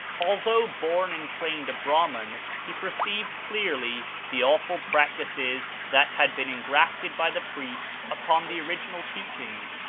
although born and trained a brahman, he perceived clearly the awful practices that had been engrafted by the priests upon the original teachings,